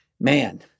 Man